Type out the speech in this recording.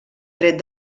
tret